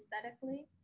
aesthetically